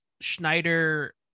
Schneider